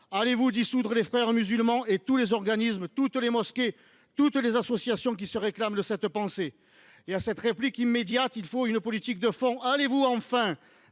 allez-vous dissoudre les Frères musulmans, ainsi que tous les organismes, toutes les mosquées et toutes les associations qui se réclament de cette idéologie ? À cette réplique immédiate, il faut ajouter une politique de fond. Allez-vous enfin